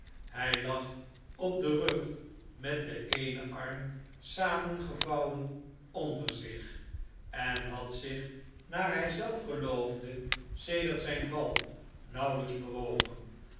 hij lag op den rug met den eenen arm samengevouwen onder zich en had zich naar hij zelf geloofde sedertzijn val